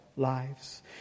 lives